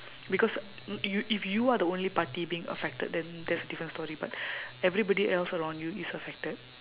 because mm you if you are the only party being affected then that's a different story but everybody else around you is affected